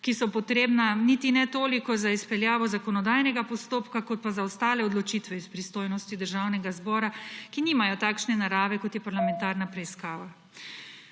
ki so potrebna niti ne toliko za izpeljavo zakonodajnega postopka kot za ostale odločitve iz pristojnosti Državnega zbora, ki nimajo takšne narave, kot je parlamentarna preiskava.